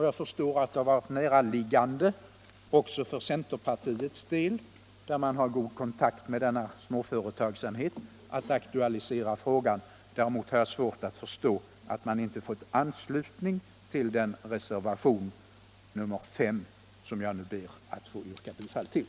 Jag förstår att det varit näraliggande också för centerpartiets del, där man har god kontakt med småföretagsamheten, att ta upp detta spörsmål. Däremot har jag svårt att förstå att vi inte fått anslutning till reservationen 5, som jag nu ber att få yrka bifall till.